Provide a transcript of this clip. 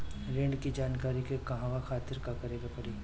ऋण की जानकारी के कहवा खातिर का करे के पड़ी?